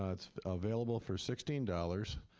ah it's available for sixteen dollars.